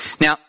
Now